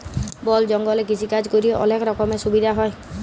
বল জঙ্গলে কৃষিকাজ ক্যরে অলক রকমের সুবিধা হ্যয়